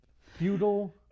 Feudal